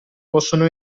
possono